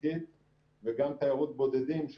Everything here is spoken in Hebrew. גם תיירות עסקית וגם תיירות בודדים,